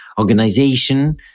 organization